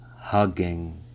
hugging